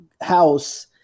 house